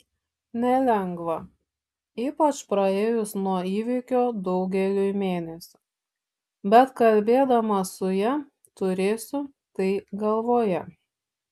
nelengva ypač praėjus nuo įvykio daugeliui mėnesių bet kalbėdamas su ja turėsiu tai galvoje